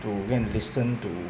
to go and listen to